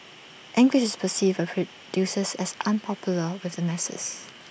English is perceived by producers as unpopular with the masses